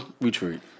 retreat